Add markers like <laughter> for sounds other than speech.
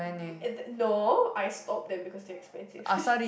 and the no I stopped them because they're expensive <laughs>